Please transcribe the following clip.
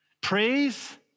praise